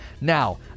Now